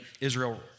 Israel